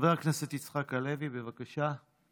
חבר הכנסת יצחק הלוי, בבקשה.